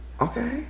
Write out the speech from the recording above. Okay